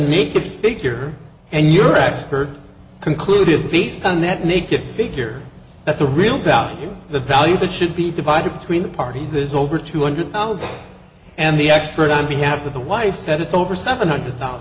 naked figure and your record concluded based on that naked figure that the real value the value that should be divided between the parties is over two hundred thousand and the expert on behalf of the wife said it's over seven hundred dollars